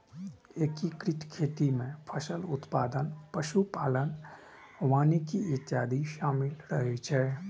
एकीकृत खेती मे फसल उत्पादन, पशु पालन, वानिकी इत्यादि शामिल रहै छै